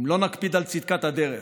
אם לא נקפיד על צדקת הדרך,